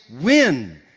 win